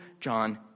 John